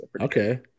okay